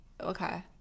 okay